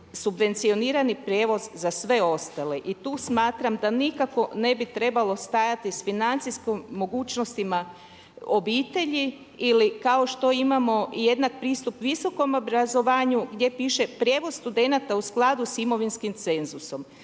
subvencionirani prijevoz za sve ostale. I tu smatram da nikako ne bi trebalo stajati s financijskim mogućnostima obitelji ili kao što imamo jednak pristup visokom obrazovanju gdje piše prijevoz studenata u skladu s imovinskim cenzusom.